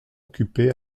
occupé